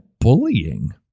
bullying